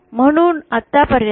म्हणून आतापर्यंत